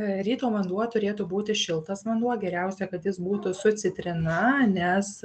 ryto vanduo turėtų būti šiltas vanduo geriausia kad jis būtų su citrina nes